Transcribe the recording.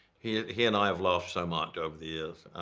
he he and i have laughed so much over the years.